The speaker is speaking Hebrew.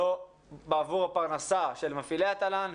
לא בעבור הפרנסה של מפעילי התל"ן,